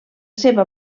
seva